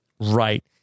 Right